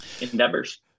endeavors